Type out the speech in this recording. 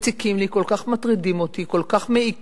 מציקים לי, כל כך מטרידים אותי, כל כך מעיקים,